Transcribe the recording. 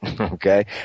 Okay